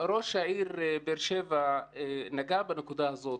ראש עיריית באר שבע נגע בנקודה הזאת,